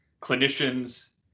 clinicians